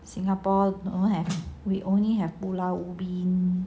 singapore will have we only have pulau ubin